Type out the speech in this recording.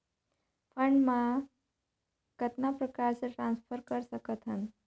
Fund मे कतना प्रकार से ट्रांसफर कर सकत हन?